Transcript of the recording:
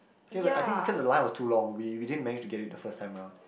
okay leh I think because the line was too long we we didn't manage to get it the first time round